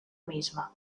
misma